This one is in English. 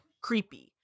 creepy